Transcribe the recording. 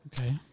Okay